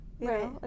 right